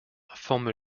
forme